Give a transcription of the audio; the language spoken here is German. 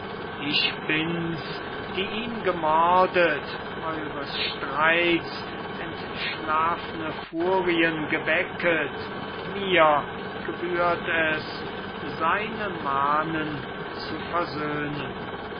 ich bin's die ihn gemordet eures streits entschlafne furien geweckte mir gebührt es seine manen zu versöhnen